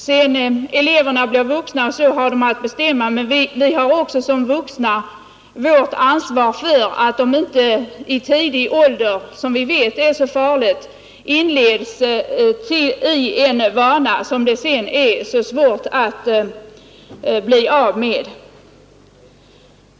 Sedan eleverna blivit vuxna har de att själva bestämma, men vi har också som vuxna vårt ansvar för att de inte i tidig ålder, vilket vi vet är så farligt, inleds i en vana som det sedan är så svårt att bli av med.